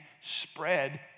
spread